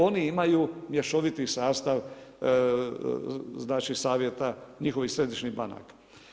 Oni imaju mješoviti sastav znači savjeta njihovih središnjih banaka.